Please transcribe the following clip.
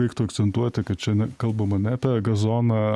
reiktų akcentuoti kad čia kalbama ne apie gazoną